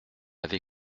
avait